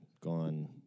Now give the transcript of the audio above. gone